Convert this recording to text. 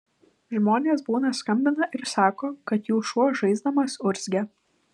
žmonės būna skambina ir sako kad jų šuo žaisdamas urzgia